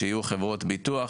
שיהיו חברות ביטוח,